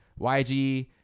YG